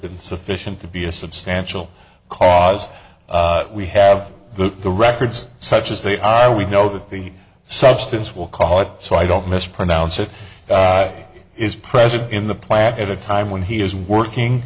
been sufficient to be a substantial cause we have the records such as they are we know that the substance will call it so i don't mispronounce it is present in the plaque at a time when he is working